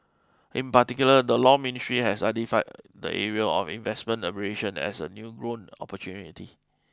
in particular the Law Ministry has identified the area of investment arbitration as a new growth opportunity